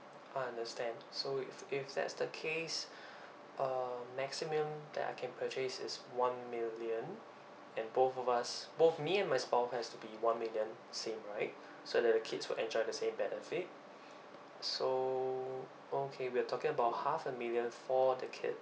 understand so if if that's the case uh maximum that I can purchase is one million and both of us both me and my spouse has to be one million same right so that the kids will enjoy the same benefit so okay we're talking about half a million for the kid